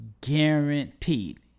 guaranteed